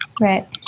Right